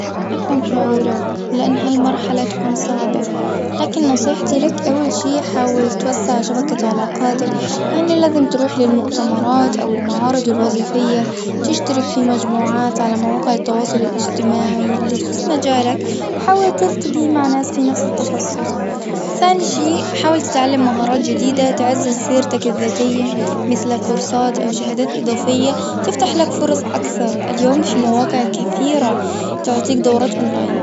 أفهم شعورك، لأن هالمرحلة تكون صعبة، لكن نصيحتي لك. أول شي، حاول توسع شبكة علاقاتك. يعني لازم تروح للمؤتمرات أو المعارض الوظيفية، تشترك في مجموعات على مواقع التواصل الإجتماعي، اللي تخص مجالك. حاول تلتجي مع ناس في نفس التخصص. ثاني شيء حاول تتعلم مهارات جديدة تعزز سيرتك الذاتية، مثل كورسات، أو شهادات إضافية، تفتح لك فرص أكثر. اليوم في مواقع كثيرة تعطيك دورات online.